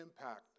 impact